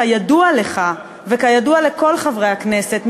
כידוע לך וכידוע לכל חברי הכנסת,